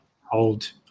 hold